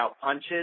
punches